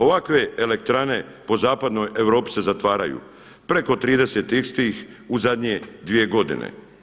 Ovakve elektrane po Zapadnoj Europi se zatvaraju, preko 30 istih u zadnje dvije godine.